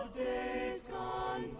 days gone